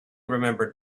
remembered